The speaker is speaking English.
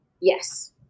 Yes